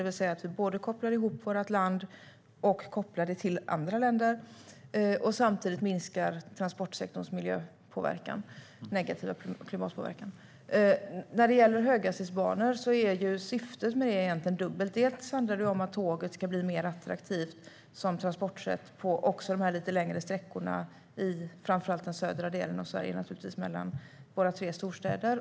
Vi ska alltså både koppla ihop vårt land - och koppla det till andra länder - och minska transportsektorns negativa klimatpåverkan. När det gäller höghastighetsbanor är syftet egentligen dubbelt. Det ena syftet är att tåget ska bli mer attraktivt som transportsätt även på de lite längre sträckorna. Framför allt gäller det naturligtvis i södra delen av Sverige, mellan våra tre storstäder.